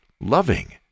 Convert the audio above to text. loving